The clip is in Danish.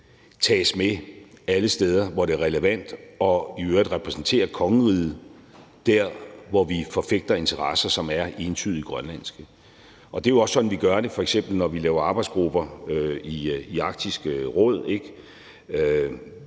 tages med alle steder, hvor det er relevant, og i øvrigt repræsenterer kongeriget der, hvor vi forfægter interesser, som er entydigt grønlandske. Det er jo også sådan, vi gør det, når vi f.eks. laver arbejdsgrupper i Arktisk Råd. Vi